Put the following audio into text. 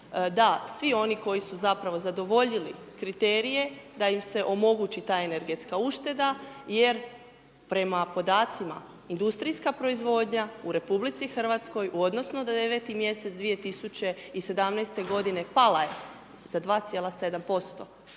da svi oni koji su zapravo zadovoljili kriterije da im se omogući ta energetska ušteda jer prema podacima industrijska proizvodnja u RH u odnosu na 9. mjesec 2017. godine pala je za 2,7%